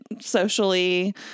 socially